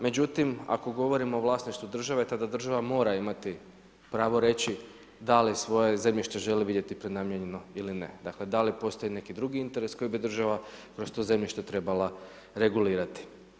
Međutim, ako govorimo o vlasništvu države tada država mora imati pravo reći da li svoje zemljište želi vidjeti prenamijenjeno ili ne dakle, da li postoji neki drugi interes koji bi država kroz to zemljište trebala regulirati.